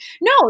No